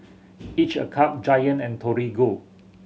Each a Cup Giant and Torigo